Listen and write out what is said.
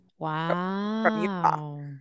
Wow